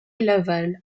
laval